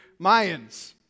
Mayans